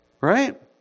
right